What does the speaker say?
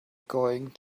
going